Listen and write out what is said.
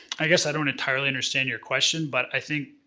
i guess i don't entirely understand your question, but i think,